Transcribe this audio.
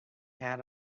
had